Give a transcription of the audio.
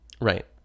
right